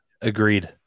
Agreed